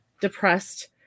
depressed